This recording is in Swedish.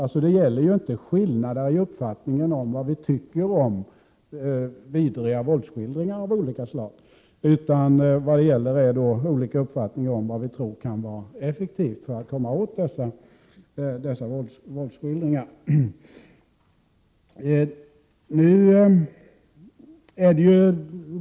Det föreligger ju inte så stora Ändringar i tryckfri skillnader i vad vi tycker om vidriga våldsskildringar av olika slag, utan det vi hetsförordningen har olika uppfattningar om är vad som kan vara effektivt för att komma åt... dessa våldsskildringar.